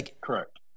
Correct